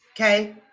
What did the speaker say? Okay